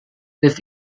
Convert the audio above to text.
lift